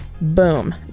Boom